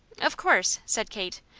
of course, said kate.